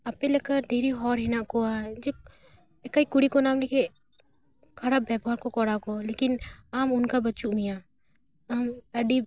ᱟᱯᱮ ᱞᱮᱠᱟ ᱰᱮᱨᱤ ᱦᱚᱲ ᱦᱮᱱᱟᱜ ᱠᱚᱣᱟ ᱡᱮ ᱮᱠᱟᱭ ᱠᱩᱲᱤ ᱠᱚ ᱧᱟᱢ ᱞᱟᱹᱜᱤᱫ ᱠᱷᱟᱨᱟᱯ ᱵᱮᱵᱚᱦᱟᱨ ᱠᱚ ᱠᱚᱨᱟᱣ ᱟᱠᱚ ᱞᱮᱠᱤᱱ ᱟᱢ ᱚᱱᱠᱟ ᱵᱟᱹᱪᱩᱜ ᱢᱮᱭᱟ ᱟᱢ ᱟᱹᱰᱤ